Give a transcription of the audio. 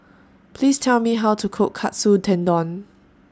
Please Tell Me How to Cook Katsu Tendon